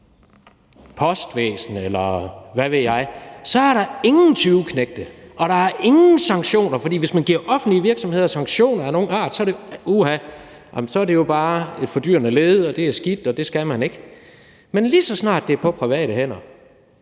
postvæsen, eller hvad ved jeg, så er der ingen tyveknægte, og der skal ingen sanktioner være, for hvis man pålægger offentlige virksomheder sanktioner af nogen art, så er det jo bare et fordyrende led, og det er skidt, og det skal man ikke. Men lige så snart det er på private hænder,